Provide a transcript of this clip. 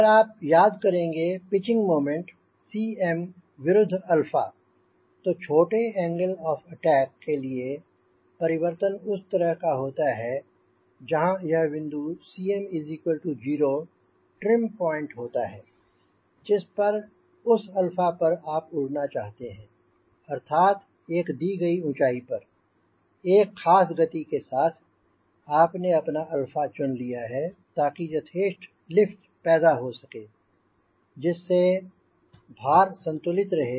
अगर आप याद करेंगे पिचिंग मोमेंट Cm विरुद्ध 𝛼 तो छोटे एंगल ऑफ़ अटैक के लिए परिवर्तन उस तरह का होता है जहांँ यह बिंदु Cm 0 ट्रिम पॉइंट होता है जिस पर उस 𝛼 पर आप उड़ना चाहते हैं अर्थात एक दी गई ऊंँचाई पर एक ख़ास गति के साथ आपने अपना 𝛼 चुन लिया है ताकि यथेष्ट लिफ्ट पैदा हो जिससे भार संतुलित रहे